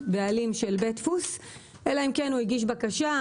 בעלים של בית דפוס אלא אם כן הוא הגיש בקשה,